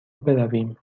برویم